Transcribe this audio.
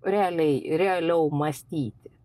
realiai realiau mąstyti